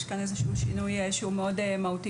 יש כאן איזשהו שינוי שהוא מאוד מהותי